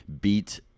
beat